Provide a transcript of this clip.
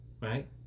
right